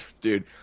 dude